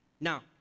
Now